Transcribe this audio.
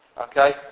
Okay